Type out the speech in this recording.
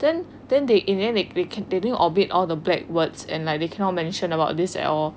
then then they and then they omit all the black words and they cannot mention about this at all